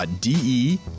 DE